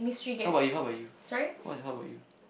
how ~bout you how ~bout what how ~bout you